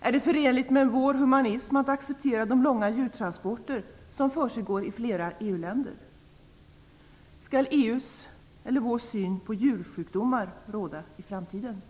Är det förenligt med vår humanism att acceptera de långa djurtransporter som försiggår i flera EU länder? Skall EU:s eller vår syn på djursjukdomar råda i framtiden?